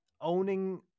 owning –